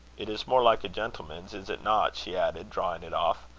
it is more like a gentleman's, is it not? she added, drawing it off.